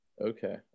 Okay